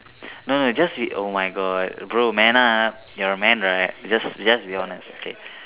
no no just be oh my God bro man up you are a man right just just be honest okay